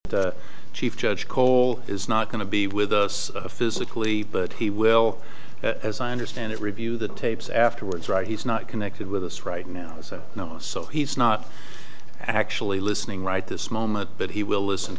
chief judge cole is not going to be with us physically but he will as i understand it review the tapes afterwards right he's not connected with us right now so no so he's not actually listening right this moment but he will listen